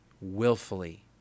willfully